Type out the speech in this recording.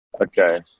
Okay